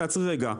תעצרי רגע,